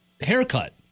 haircut